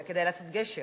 היה כדאי לעשות גשר.